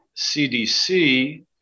CDC